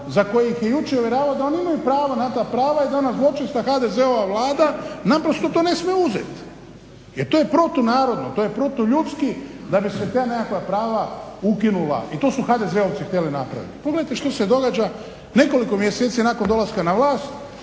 za koja ih je jučer uvjeravao da oni imaju pravo na ta prava i da ona zločesta HDZ-ova vlada naprosto to ne smije uzeti. Jer to je protunarodno, to je protuljudski da bi se ta nekakva prava ukinula i to su HDZ-ovci htjeli napraviti. Pogledajte što se događa nekoliko mjeseci nakon dolaska na vlast